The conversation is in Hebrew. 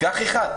קח אחד.